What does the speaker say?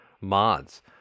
mods